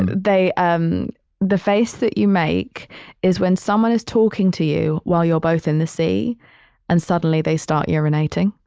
and they, um the face that you make is when someone is talking to you while you're both in the sea and suddenly they start urinating,